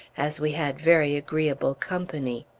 as we had very agreeable company.